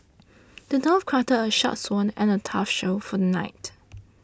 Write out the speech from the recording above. the dwarf crafted a sharp sword and a tough shield for the knight